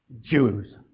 Jews